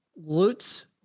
Lutz